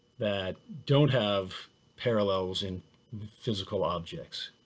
that don't have parallels in physical objects.